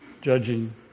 judging